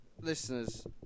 listeners